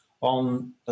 on